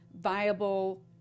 viable